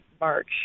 March